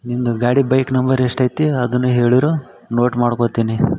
ನಿಂದು ಗಾಡಿ bike number ಎಷ್ಟು ಐತಿ ಅದನ್ನು ಹೇಳಿರು ನೋಟ್ ಮಾಡ್ಕೊತೀನಿ